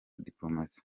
dipolomasi